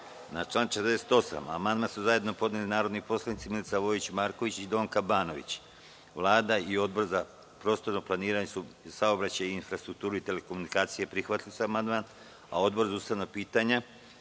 član 48. amandman su zajedno podneli narodni poslanici Milica Vojić Marković i Donka Banović. Vlada i Odbor za prostorno planiranje, saobraćaj, infrastrukturu i telekomunikacije prihvatili su amandman. Odbor za ustavna pitanja